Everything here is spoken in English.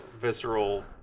visceral